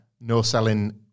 no-selling